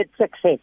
success